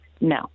no